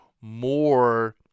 more